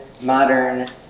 modern